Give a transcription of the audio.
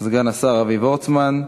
סגן השר אבי וורצמן.